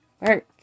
work